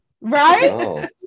Right